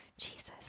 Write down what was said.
Jesus